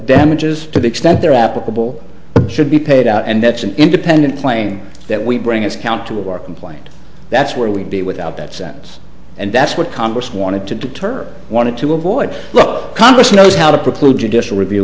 damages to the extent they're applicable should be paid out and that's an independent claim that we bring us account to work and point that's where we'd be without that sense and that's what congress wanted to deter wanted to avoid congress knows how to preclude judicial review